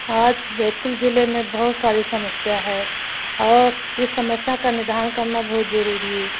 आज बैतूल ज़िले में बहुत सारी समस्या है और इस समस्या का निदान करना बहुत ज़रूरी है